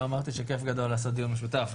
לא אמרתי שכיף גדול לעשות דיון משותף,